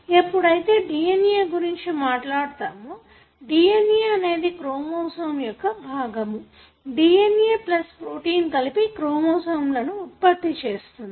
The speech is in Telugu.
ఎప్పుడై తే DNA గురించి మాట్లాడతామో DNA అనేది క్రోమోసోమ్ యొక్క భాగము DNA ప్లస్ ప్రోటీన్ కలిపి క్రోమోసోమ్స్ లను ఉత్పత్తి చేస్తుంది